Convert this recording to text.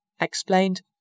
explained